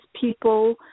people